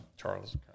Charles